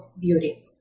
beauty